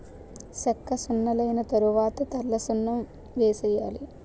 సెక్కసున్నలైన తరవాత తెల్లసున్నం వేసేయాలి